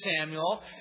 Samuel